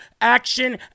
Action